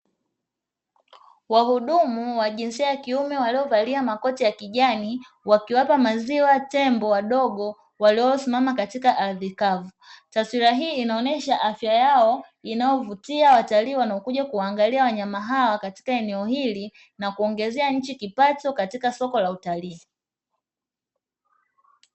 Wahudumu wa jinsia ya kiume waliovalia makoti ya kijani, wakiwapa maziwa tembo wadogo waliosimama katika ardhi kavu. Taswira hii inaonyesha afya yao inayovutia watalii wanaokuja kuangalia wanyama hao katika eneo hili, na kuongezea nchi kipato katika soko la utalii.